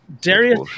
Darius